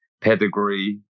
pedigree